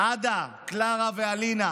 עדה, קלרה ואלינה.